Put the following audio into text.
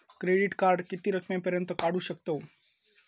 Credit card किती रकमेपर्यंत काढू शकतव?